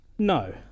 No